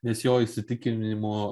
nes jo įsitikinimu